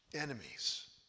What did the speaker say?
enemies